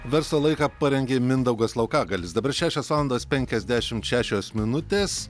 veslo laiką parengė mindaugas laukagalis dabar šešios valandos penkiasdešim šešios minutės